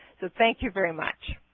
so thank you very much.